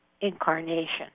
incarnation